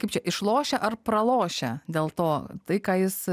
kaip čia išlošia ar pralošia dėl to tai ką jis